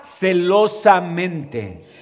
celosamente